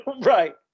Right